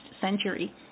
century